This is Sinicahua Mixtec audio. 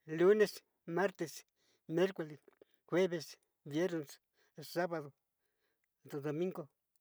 Lunes. martes. miercoles, jueves, viernes. sabado, tu-domingo.